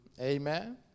Amen